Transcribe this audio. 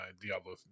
diablo